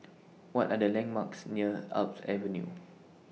What Are The landmarks near Alps Avenue